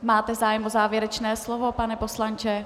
Máte zájem o závěrečné slovo, pane poslanče?